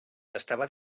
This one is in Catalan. estava